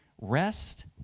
Rest